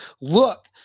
Look